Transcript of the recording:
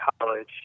college